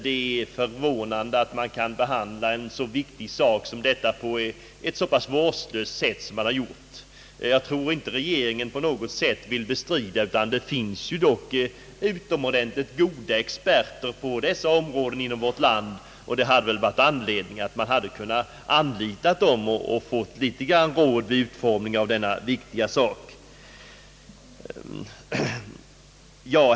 Det är förvånande att man kan behandla en så viktig sak så vårdslöst som man här gjort. Regeringen vill säkert inte bestrida att det finns utomordentligt goda experter på detta område i vårt land. Det hade väl då funnits anledning att anlita dem och fått råd när det gällt utformningen av detta viktiga förslag.